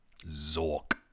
Zork